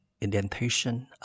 indentation